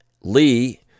Lee